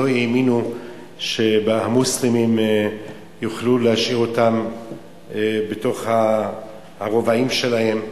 לא האמינו שהמוסלמים יוכלו להשאיר אותם בתוך הרבעים שלהם.